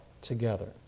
together